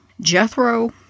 Jethro